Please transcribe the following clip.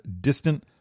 distant